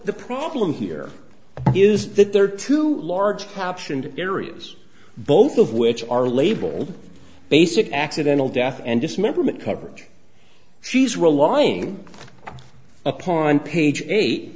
the problem here is that there are two large captioned areas both of which are label basic accidental death and dismemberment coverage she's relying upon page eight